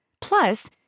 Plus